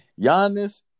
Giannis